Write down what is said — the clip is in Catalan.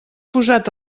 posat